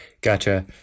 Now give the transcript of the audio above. Gotcha